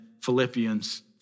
Philippians